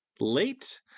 late